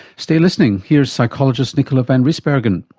stay listening, here's psychologist nicola van rijsbergen.